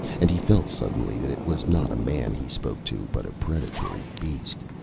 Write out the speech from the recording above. and he felt suddenly that it was not a man he spoke to, but a predatory beast.